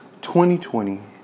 2020